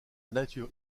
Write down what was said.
nature